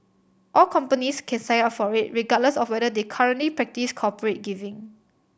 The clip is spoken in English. all companies can sign up for it regardless of whether they currently practise corporate giving